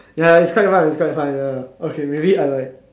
ya it's quite fun it's quite fun ya okay maybe I like